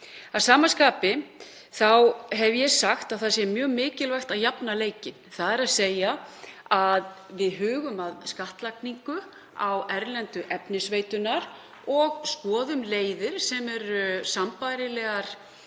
Að sama skapi hef ég sagt að það sé mjög mikilvægt að jafna leikinn, þ.e. að við hugum að skattlagningu á erlendu efnisveiturnar og skoðum leiðir sem eru sambærilegar við